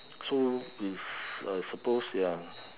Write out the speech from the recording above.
so is uh suppose there are